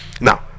Now